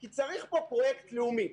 כי צריך פה פרויקט לאומי.